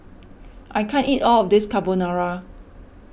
I can't eat all of this Carbonara